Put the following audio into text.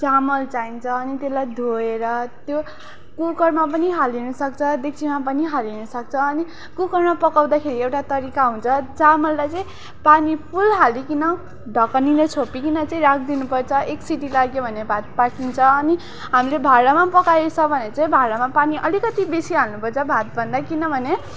चामल चाहिन्छ अनि त्यसलाई धोएर त्यो कुकुरमा पनि हालिनु सक्छ डेक्चीमा पनि हालिनु सक्छ अनि कुकरमा पकाउँदाखेरि एउटा तरिका हुन्छ चामललाई चाहिँ पानी फुल हालिकिन ढकनीले छोपिकन चाहिँ राखिदिनुपर्छ एक सिटी लाग्यो भने भात पाकिन्छ अनि हामीले भाँडामा पकाएछ भने चाहिँ भाँडामा पानी अलिकति बेसी हाल्नुपर्छ भातभन्दा किनभने